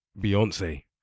beyonce